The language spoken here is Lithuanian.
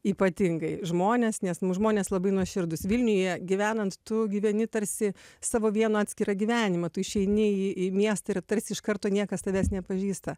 ypatingai žmones nes nu žmonės labai nuoširdūs vilniuje gyvenant tu gyveni tarsi savo vieną atskirą gyvenimą tu išeini į į miestą ir tarsi iš karto niekas tavęs nepažįsta